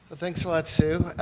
thanks a lot, sue.